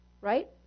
Right